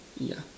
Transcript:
yeah